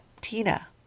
Tina